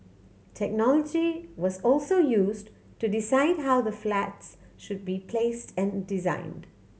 technology was also used to decide how the flats should be placed and designed